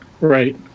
right